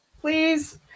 Please